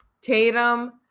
Tatum